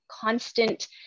constant